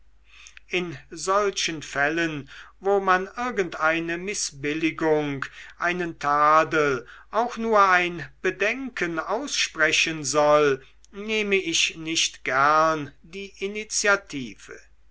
in solchen fällen wo man irgend eine mißbilligung einen tadel auch nur ein bedenken aussprechen soll nehme ich nicht gern die initiative